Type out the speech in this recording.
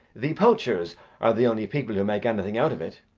the poachers are the only people who make anything out of it.